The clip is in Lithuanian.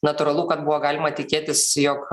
natūralu kad buvo galima tikėtis jog